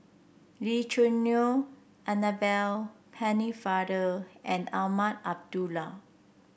Lee Choo Neo Annabel Pennefather and Azman Abdullah